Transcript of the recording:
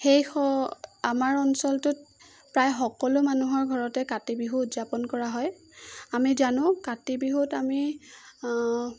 সেই আমাৰ অঞ্চলটোত প্ৰায় সকলো মানুহৰ ঘৰতে কাতি বিহু উদযাপন কৰা হয় আমি জানো কাতি বিহুত আমি